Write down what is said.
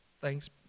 Thanks